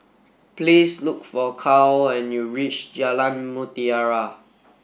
please look for Kyle when you reach Jalan Mutiara